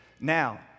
Now